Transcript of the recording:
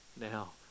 now